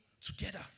together